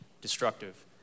destructive